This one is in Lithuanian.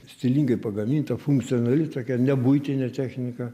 stilingai pagaminta funkcionali tokia nebuitinė technika